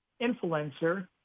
Influencer